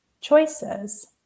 choices